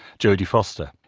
jodi foster.